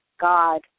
God